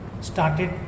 started